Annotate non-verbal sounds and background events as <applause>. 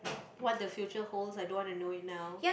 what the future holds I don't wanna know it now <noise>